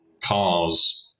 cars